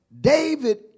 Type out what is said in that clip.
David